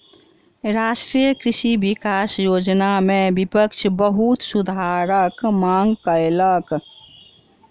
राष्ट्रीय कृषि विकास योजना में विपक्ष बहुत सुधारक मांग कयलक